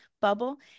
bubble